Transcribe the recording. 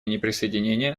неприсоединения